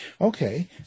okay